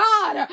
God